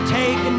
take